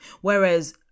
whereas